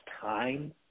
time